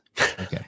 Okay